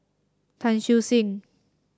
Tan Siew Sin